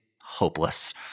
hopeless